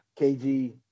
KG